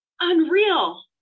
unreal